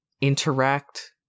interact